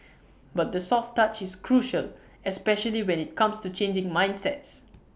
but the soft touch is crucial especially when IT comes to changing mindsets